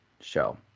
show